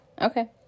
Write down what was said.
Okay